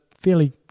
fairly